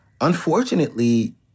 unfortunately